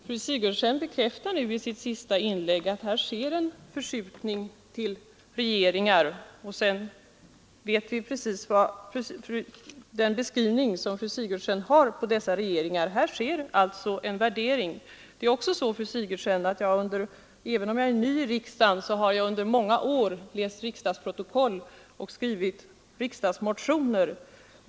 Herr talman! Fru Sigurdsen bekräftade i sitt senaste inlägg att det sker en förskjutning av biståndet till länder vilkas regeringar kan beskrivas på det sätt fru Sigurdsen gjorde. Det görs alltså en värdering. Även om jag är ny i riksdagen har jag under många år läst riksdagsprotokollen och skrivit riksdagsmotioner.